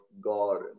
God